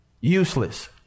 Useless